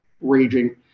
raging